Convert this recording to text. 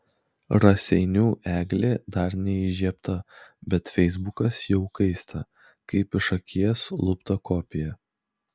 raseinių eglė dar neįžiebta bet feisbukas jau kaista kaip iš akies lupta kopija